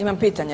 Imam pitanje.